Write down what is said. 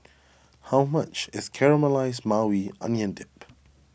how much is Caramelized Maui Onion Dip